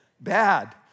bad